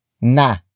Na